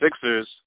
Sixers